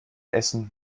essen